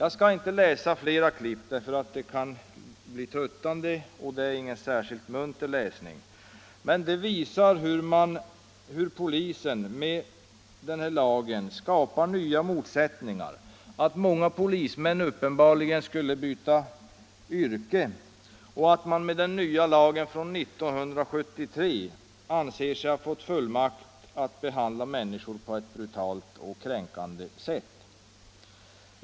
Jag skall inte läsa upp flera klipp därför att det kan bli tröttande och det inte är någon särskilt munter läsning. Men exemplen visar hur polisen med stöd av denna lag skapar nya motsättningar, att många polismän uppenbarligen skulle byta yrke och att man med den nya lagen från 1973 anser sig ha fått fullmakt att behandla människor på ett brutalt och kränkande sätt.